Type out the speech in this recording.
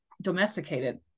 domesticated